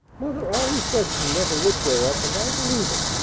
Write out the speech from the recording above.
mother always said she never would grow up, and i believe it.